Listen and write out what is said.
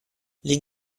les